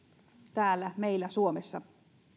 täällä meillä suomessa